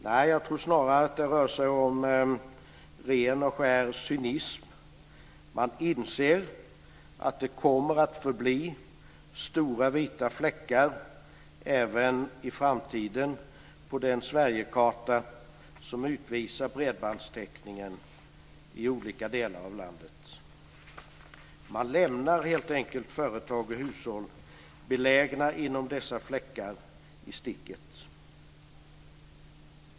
Nej, jag tror snarare att det rör sig om ren och skär cynism. Man inser att det även i framtiden kommer att förbli stora vita fläckar på den Sverigekarta som utvisar bredbandstäckningen i olika delar av landet. Man lämnar helt enkelt företag och hushåll belägna inom dessa fläckar i sticket.